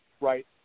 right